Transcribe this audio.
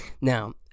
Now